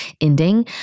ending